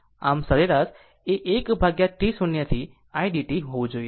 આમ સરેરાશ એ 1 ભાગ્યા T 0 થી idt હોવું જોઈએ